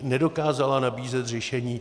Nedokázala nabízet řešení.